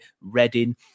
Reading